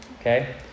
Okay